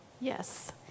Yes